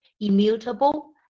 immutable